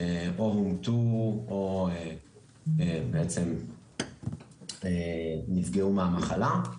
שאו הומתו, או בעצם נפגעו מהמחלה.